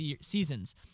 seasons